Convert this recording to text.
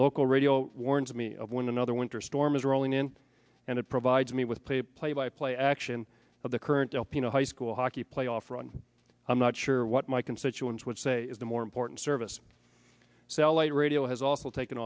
local radio warns me of one another winter storm is rolling in and it provides me with play play by play action of the current hoping a high school hockey playoff run i'm not sure what my constituents would say is the more important service sell a radio has also taken